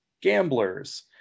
gamblers